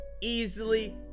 easily